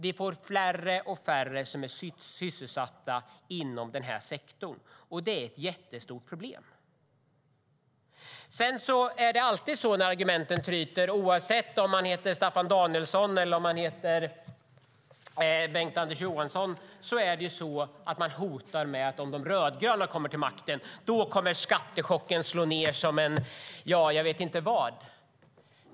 Vi får färre och färre som är sysselsatta inom den här sektorn, och det är ett jättestort problem. När argumenten tryter - oavsett om man heter Staffan Danielsson eller Bengt-Anders Johansson - hotar man med att det blir en stor skattechock om de rödgröna kommer till makten.